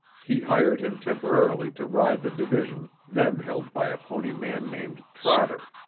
he hired him temporarily to ride the division then held by a pony man named trotter.